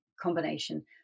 combination